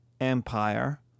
empire